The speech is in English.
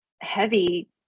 heavy